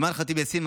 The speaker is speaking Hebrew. אימאן ח'טיב יאסין,